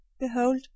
Behold